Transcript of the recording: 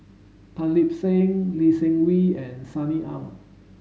Tan Lip Seng Lee Seng Wee and Sunny Ang